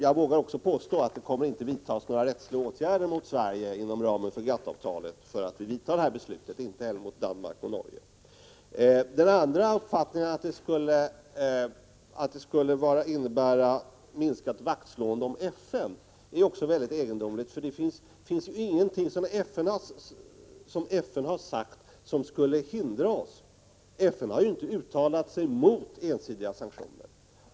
Jag vågar också påstå att det inte kommer att vidtas några rättsliga åtgärder mot Sverige inom ramen för GATT-avtalet på grund av vår bojkott — inte heller mot Danmark och Norge. Den andra uppfattningen, att detta skulle innebära ett minskat vaktslående om FN, är också mycket egendomlig. FN har inte sagt någonting som skulle hindra oss. FN har ju inte uttalat sig mot ensidiga sanktioner.